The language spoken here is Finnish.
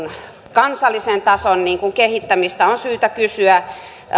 kansallisen tason kehittämistä on syytä kysyä